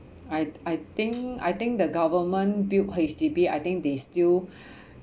I I think I think the government built H_D_B I think they still